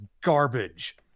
garbage